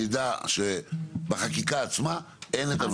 שנדע שגם בחקיקה עצמה אין את הנושאים האלה.